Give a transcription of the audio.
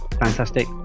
fantastic